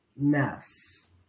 mess